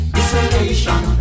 isolation